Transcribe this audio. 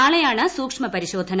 നാളെയാണ് സൂക്ഷ്മ പരിശോധന